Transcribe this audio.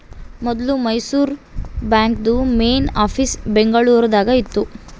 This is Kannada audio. ಮೊದ್ಲು ಮೈಸೂರು ಬಾಂಕ್ದು ಮೇನ್ ಆಫೀಸ್ ಬೆಂಗಳೂರು ದಾಗ ಇತ್ತು